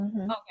Okay